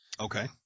Okay